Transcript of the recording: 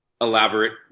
elaborate